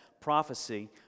prophecy